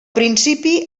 principi